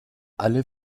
alle